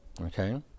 Okay